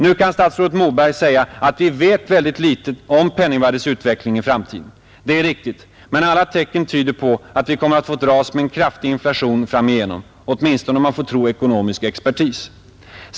Nu kan statsrådet Moberg säga att vi vet väldigt litet om penningvärdets utveckling i framtiden. Det är riktigt, men alla tecken tyder på att vi kommer att dras med en kraftig inflation framigenom, åtminstone om man får tro ekonomisk expertis.